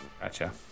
Gotcha